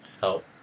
help